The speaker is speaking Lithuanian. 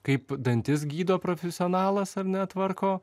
kaip dantis gydo profesionalas ar ne tvarko